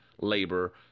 labor